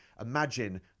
imagine